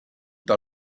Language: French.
par